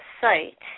site